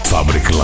Fabric